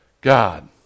God